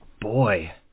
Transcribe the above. boy